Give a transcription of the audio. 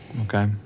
Okay